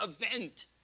event